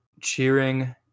cheering